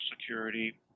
Security